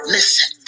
Listen